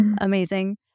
Amazing